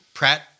Pratt